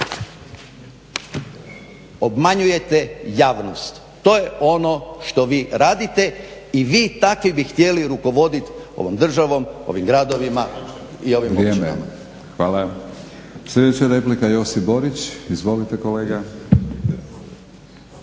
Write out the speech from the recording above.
Obmanjujete javnost, to je ono što vi radite i vi takvi bi htjeli rukovodit ovom državom, ovim gradovima i ovim općinama. **Batinić, Milorad (HNS)** Hvala. Sljedeća replika Josip Borić. Izvolite kolega.